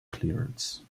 clearance